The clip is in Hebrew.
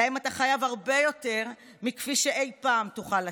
שלהם אתה חייב הרבה יותר מכפי שאי פעם תוכל לתת.